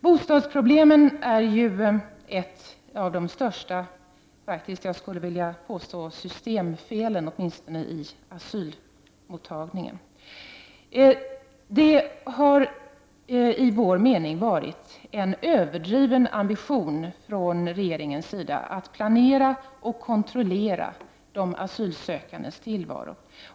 Bostadsproblemet är faktiskt, skulle jag vilja påstå, ett av de största systemfelen, åtminstone beträffande asylmottagningen. Vi menar att regeringen har haft en överdriven ambition att planera och kontrollera de asylsökandes tillvaro.